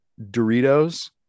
Doritos